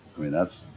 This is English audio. i mean that's,